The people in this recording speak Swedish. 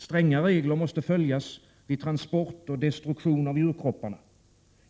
Stränga regler måste följas vid transport och destruktion av djurkropparna.